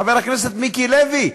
חבר הכנסת מיקי לוי.